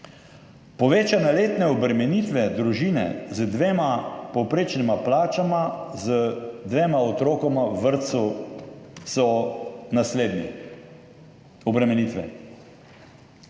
Povečane letne obremenitve družine z dvema povprečnima plačama, z dvema otrokoma v vrtcu so naslednje. Obremenitve.